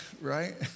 Right